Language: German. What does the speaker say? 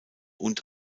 und